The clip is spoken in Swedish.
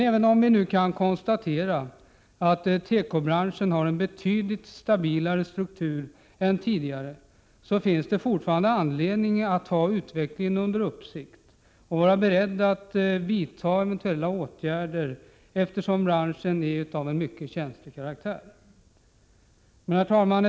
Även om det kan konstateras att tekobranschen har en betydligt stabilare struktur än tidigare finns det fortfarande anledning att ha utvecklingen under uppsikt och vara beredd att vidta eventuella åtgärder, eftersom branschen har en mycket känslig karaktär. Herr talman!